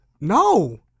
No